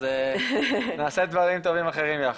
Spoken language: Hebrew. אז נעשה דברים טובים אחרים ביחד.